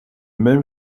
même